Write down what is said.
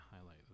highlight